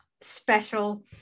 special